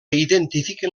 identifiquen